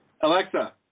Alexa